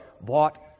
bought